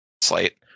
slate